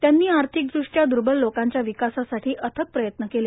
त्यांनी आर्थिक दृष्ट्या र्बल लोकांच्या विकासासाठी अथक प्रयत्न केले